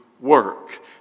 work